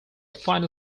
final